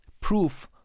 proof